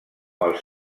els